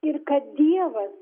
ir kad dievas